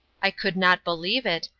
i could not believe it,